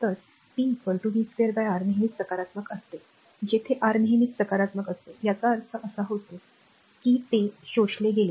तर p v2 R नेहमीच सकारात्मक असते जेथे आर नेहमीच सकारात्मक असते याचा अर्थ असा होतो की ते शोषले गेले